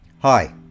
Hi